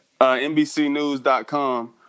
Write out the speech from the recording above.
NBCNews.com